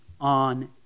on